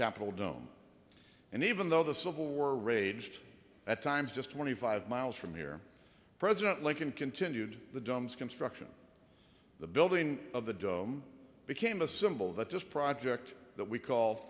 capitol dome and even though the civil war raged at times just twenty five miles from here president lincoln continued the dumbs construction the building of the dome became a symbol that this project that we call